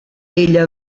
ella